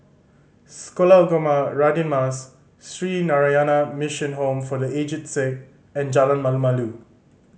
Sekolah Ugama Radin Mas Sree Narayana Mission Home for The Aged Sick and Jalan Malu Malu